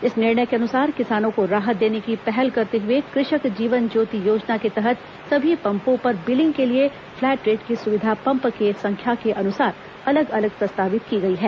इस निर्णय के अनुसार किसानों को राहत देने की पहल करते हुए कृषक जीवन ज्योति योजना के तहत सभी पंपों पर बिलिंग के लिए फ्लैट रेट की सुविधा पंप की संख्या के अनुसार अलग अलग प्रस्तावित की गई है